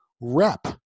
rep